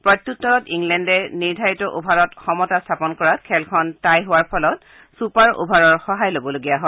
প্ৰত্যুত্তৰত ইংলেণ্ডে নিৰ্ধাৰিত অভাৰত সমতা স্থাপন কৰাত খেলখন টাই হোৱাৰ ফলত ছুপাৰ অভাৰৰ সহায় লবলগীয়া হয়